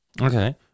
okay